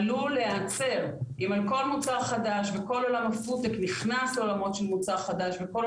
עלול להיעצר אם על כל מוצר חדש וכל עולמות החדשנות